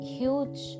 huge